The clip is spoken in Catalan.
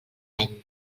any